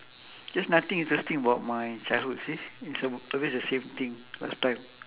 just nothing interesting about my childhood see it's a~ always the same thing last time